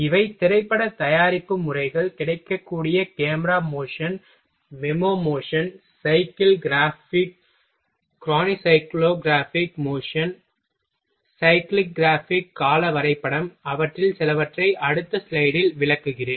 இவை திரைப்பட தயாரிப்பு முறைகள் கிடைக்கக்கூடிய macro motion memo motion cycle graphic chronocyclographic macro motion என்பது ஒரு செயல்பாட்டின் மெதுவான பதிவு சைக்கிள் கிராப் கால வரைபடம் அவற்றில் சிலவற்றை அடுத்த ஸ்லைடில் விளக்குகிறேன்